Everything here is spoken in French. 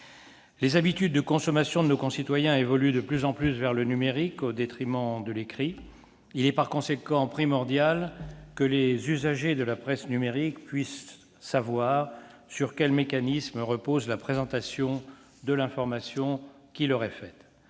Les habitudes de consommation de nos concitoyens évoluent de plus en plus vers le numérique, au détriment de l'écrit. Il est par conséquent primordial que les usagers de la presse numérique puissent savoir sur quels mécanismes repose la présentation de l'information qui leur est